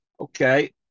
Okay